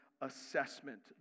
assessment